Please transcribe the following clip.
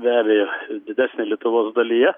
be abejo didesne lietuvos dalyje